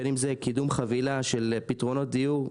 בין אם זה קידום חבילה של פתרונות דיור,